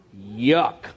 Yuck